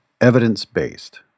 evidence-based